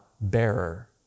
bearer